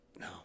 No